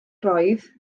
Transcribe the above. roedd